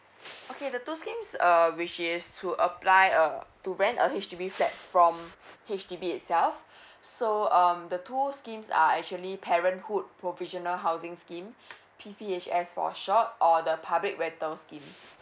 okay the two schemes err which is to apply uh to rent a H_D_B flat from H_D_B itself so um the two schemes are actually parenthood provisional housing scheme P_P_H_S for short or the public rental scheme